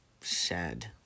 sad